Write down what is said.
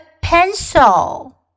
pencil